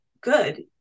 good